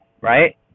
right